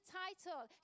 title